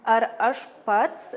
ar aš pats